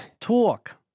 Talk